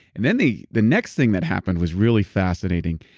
and then the the next thing that happened was really fascinating,